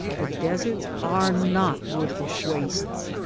the deserts are not worthless wastes.